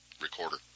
recorder